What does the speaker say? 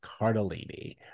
Cardellini